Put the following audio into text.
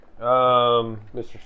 Mr